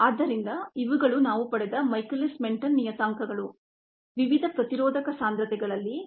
ಆದ್ದರಿಂದ ಇವುಗಳು ನಾವು ಪಡೆದ ಮೈಕೆಲಿಸ್ ಮೆನ್ಟೆನ್ ನಿಯತಾಂಕಗಳು ವಿವಿಧ ಪ್ರತಿರೋಧಕ ಸಾಂದ್ರತೆಗಳಲ್ಲಿ v m ಮತ್ತು K m